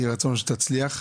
יהי רצון שתצליח.